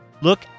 Look